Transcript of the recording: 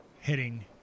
hitting